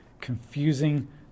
confusing